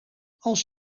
als